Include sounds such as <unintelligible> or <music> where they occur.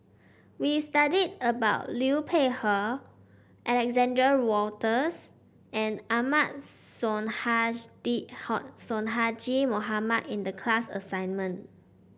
we studied about Liu Peihe Alexander Wolters and Ahmad <unintelligible> Sonhadji Mohamad in the class assignment